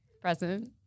present